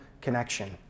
connection